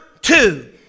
two